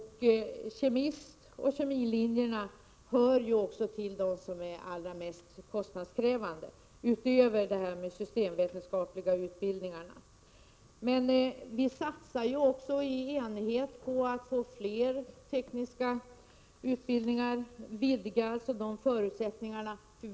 De kemiska linjerna hör till de allra mest kostnadskrävande förutom de systemvetenskapliga utbildningarna. Vi satsar också i enighet på att få fler tekniska utbildningar och på att vidga förutsättningarna för dessa.